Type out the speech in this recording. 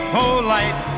polite